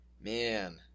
Man